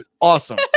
awesome